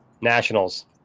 Nationals